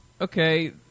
okay